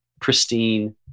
pristine